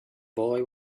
boy